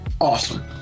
awesome